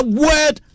word